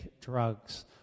drugs